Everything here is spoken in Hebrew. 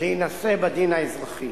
להינשא בדין האזרחי.